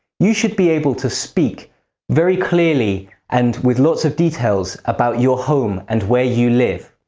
you should be able to speak very clearly and with lots of details about your home and where you live.